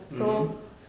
mmhmm